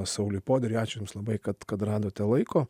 sauliui poderiui ačiū jums labai kad kad radote laiko